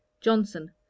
Johnson